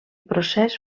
procés